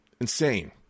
Insane